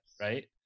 right